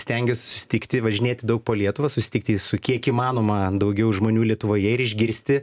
stengiuos susitikti važinėti daug po lietuvą susitikti su kiek įmanoma daugiau žmonių lietuvoje ir išgirsti